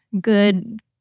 good